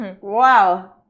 wow